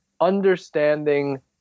understanding